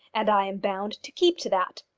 and i am bound to keep to that.